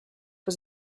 was